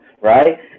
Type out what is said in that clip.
right